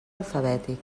alfabètic